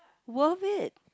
worth it